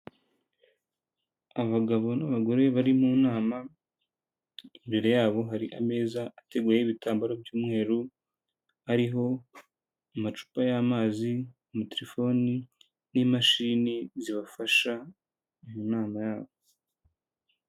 Abagabo n'abagore bari mu nama, imbere yabo hari ameza ateguyeho ibitambaro by'umweru ariho amacupa y'amazi, amatelefoni n'imashini zibafasha mu nama yabo.